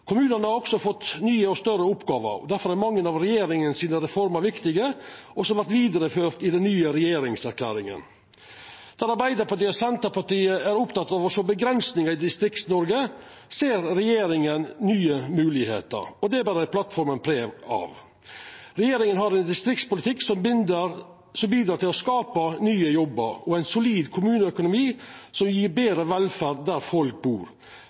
Kommunane har også fått nye og større oppgåver, difor er mange av reformene til regjeringa viktige og vert vidareførte i den nye regjeringserklæringa. Der Arbeidarpartiet og Senterpartiet er opptekne av å sjå avgrensingar i Distrikts-Noreg, ser regjeringa nye moglegheiter, og det ber plattforma preg av. Regjeringa har ein distriktspolitikk som bidrar til å skapa nye jobbar og ein solid kommuneøkonomi, som gjev betre velferd der folk bur.